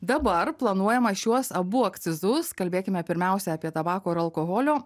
dabar planuojama šiuos abu akcizus kalbėkime pirmiausia apie tabako ir alkoholio